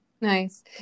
Nice